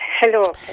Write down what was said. Hello